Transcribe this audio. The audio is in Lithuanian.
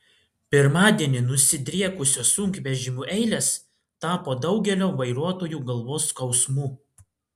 pirmadienį nusidriekusios sunkvežimių eilės tapo daugelio vairuotojų galvos skausmu